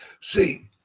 See